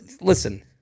Listen